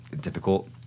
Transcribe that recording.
difficult